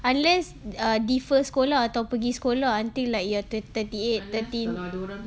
unless err defer sekolah atau pergi sekolah until like you're th~ thirty eight thirty